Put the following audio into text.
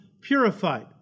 purified